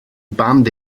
band